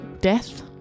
death